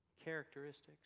characteristics